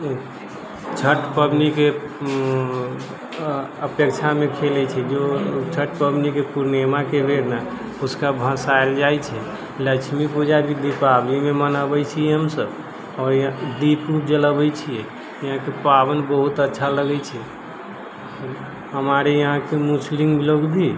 छठ पबनीके अपेक्षामे खेलै छै छठ पबनीके पूर्णिमाके बेर ने उसका भसायल जाइ छै लक्ष्मी पूजा भी दीपावली भी मनाबै छियै हमसब आओर इहा दीप उप जलबै छियै इहाके पाबनि बहुत अच्छा लगै छै हमारे यहाँके मुस्लिम लोग भी